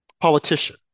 politician